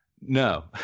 No